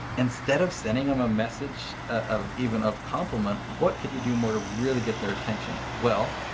instead of sending them a message of even of compliment, what could you do more to really get their attention? well,